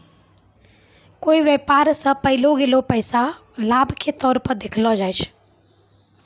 कोय व्यापार स पैलो गेलो पैसा लाभ के तौर पर देखलो जाय छै